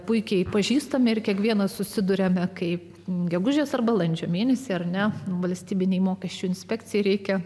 puikiai pažįstami ir kiekvienas susiduriame kai gegužės ar balandžio mėnesį ar ne valstybinei mokesčių inspekcijai reikia